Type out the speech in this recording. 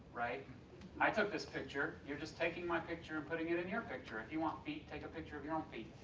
i took this picture, you're just taking my picture and putting it in your picture if you want feet take a picture of your own feet.